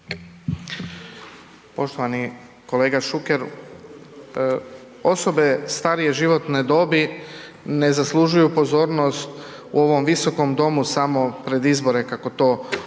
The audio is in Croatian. Poštovani kolega Šuker osobe starije životne dobi ne zaslužuju pozornost u ovom visokom domu samo pred izbore kako to